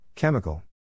Chemical